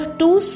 two